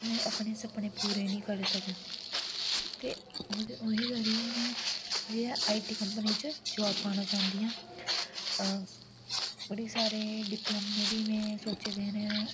में अपने सपने पूरे नी करी सकां ते ओह्दे ओह्दे करी गै में आईटी कम्पनी च जाब पाना चांह्दी आं बड़े सारे डिप्लोमे बी मैं सोचे दे न